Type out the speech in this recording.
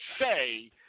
say